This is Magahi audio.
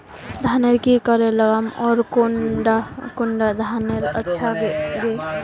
धानेर की करे लगाम ओर कौन कुंडा धानेर अच्छा गे?